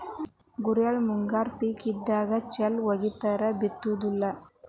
ಗುರೆಳ್ಳು ಮುಂಗಾರಿ ಪಿಕ್ ಇದ್ದ ಚಲ್ ವಗಿತಾರ ಬಿತ್ತುದಿಲ್ಲಾ